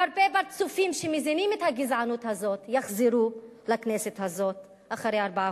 והרבה פרצופים שמזינים את הגזענות הזאת יחזרו לכנסת הזאת אחרי ארבעה